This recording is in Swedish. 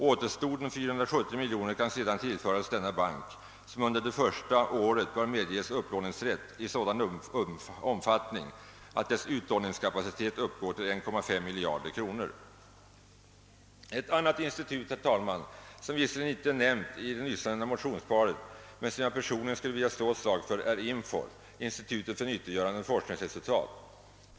Återstoden 470 miljoner kan sedan tillföras denna bank, som under det första året bör medges upplåningsrätt i sådan omfattning, att dess utlåningskapacitet uppgår till 1,5 miljard kronor. Ett annat institut, herr talman, som visserligen icke är nämnt i det nyssnämnda motionsparet, men som jag personligen skulle vilja slå ett slag för, är Infor, Institutet för nyttiggörande av forskningsresultat.